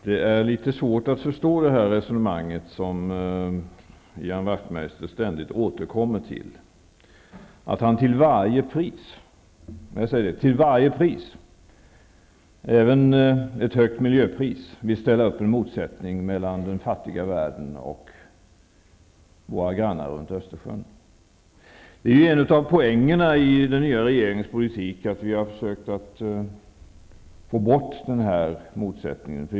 Herr talman! Det är litet svårt att förstå det resonemang som Ian Wachtmeister ständigt återkommer till. Till varje pris, även till ett högt miljöpris, vill han sätta upp en motsättning mellan den fattiga världen och våra grannar runt En poäng med den nya regeringens politik är ju att vi har försökt att få bort den här motsättningen.